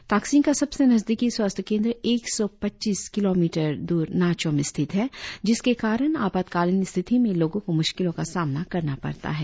ताकसिंग का सबसे नजदीकी स्वास्थ्य केंद्र एक सौ पच्चीस किलोमीटर दूर नाचो में स्थित है जिसके कारण आपातकालिन स्थिति में लोगों को मुशकिलों का सामना करना पड़ता है